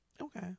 Okay